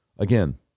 Again